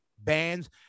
bands